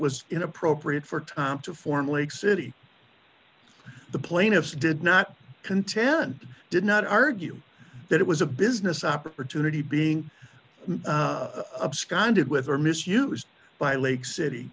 was inappropriate for time to form lake city the plaintiffs did not contend did not argue that it was a business opportunity being scouted with or misused by lake city